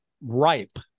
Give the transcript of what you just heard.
ripe